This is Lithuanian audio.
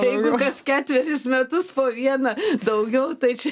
jeigu kas ketverius metus po vieną daugiau tai čia